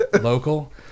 local